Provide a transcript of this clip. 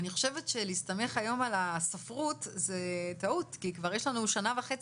אני חושבת שלהסתמך היום על הספרות זה טעות כי כבר יש לנו שנה וחצי,